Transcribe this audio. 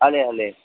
हले हले